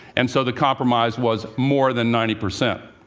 and so the compromise was more than ninety percent.